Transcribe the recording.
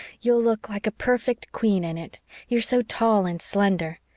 you'll look like a perfect queen in it you're so tall and slender.